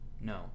no